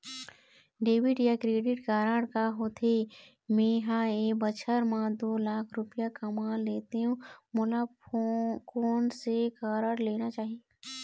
Debit या credit card का होथे, मे ह एक बछर म दो लाख रुपया कमा लेथव मोला कोन से कारड लेना चाही?